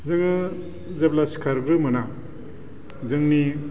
जोङो जेब्ला सिखारग्रोमोना जोंनि